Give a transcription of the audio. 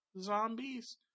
zombies